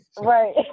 Right